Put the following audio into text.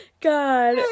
God